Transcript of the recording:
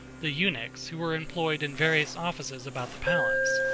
the eunuchs who were employed in various offices about the palace,